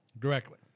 Directly